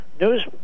news